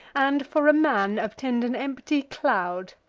and, for a man, obtend an empty cloud.